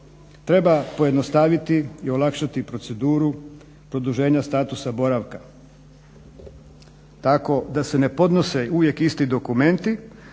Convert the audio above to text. Treba pojednostaviti i olakšati proceduru produženja statusa boravka tako da se ne podnose uvijek isti dokumenti,